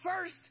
first